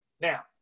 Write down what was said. Now